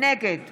נגד